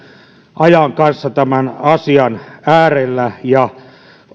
ajan kanssa tämän asian äärellä ja